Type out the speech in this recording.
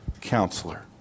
counselor